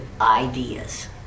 ideas